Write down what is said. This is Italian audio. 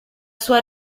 sua